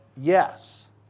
yes